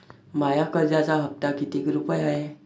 माया कर्जाचा हप्ता कितीक रुपये हाय?